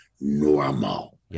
normal